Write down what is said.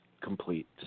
complete